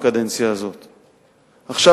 עכשיו,